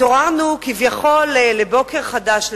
התעוררנו כביכול לבוקר חדש,